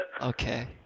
Okay